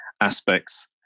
aspects